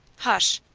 hush!